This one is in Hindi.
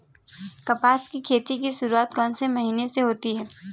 कपास की खेती की शुरुआत कौन से महीने से होती है?